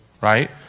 right